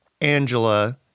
Angela